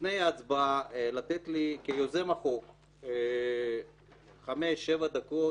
לפני ההצבעה לתת לי כיוזם החוק חמש או שבע דקות